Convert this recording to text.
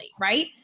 right